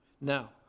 Now